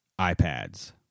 iPads